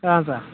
ಹಾಂ ಸರ್